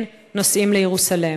כן, נוסעים לירושֹלם.